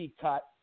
cut